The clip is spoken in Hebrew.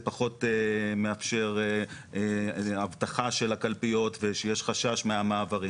פחות מאפשר אבטחה של הקלפיות ושיש חשש מהמעברים,